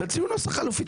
תציעו נוסח חלופי.